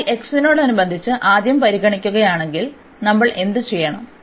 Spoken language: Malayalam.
അതിനാൽ x നോടനുബന്ധിച്ച് ആദ്യം പരിഗണിക്കുകയാണെങ്കിൽ നമ്മൾ എന്തുചെയ്യണം